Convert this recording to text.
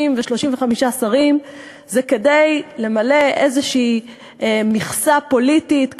ו-35 שרים היא שצריך למלא מכסה פוליטית כלשהי,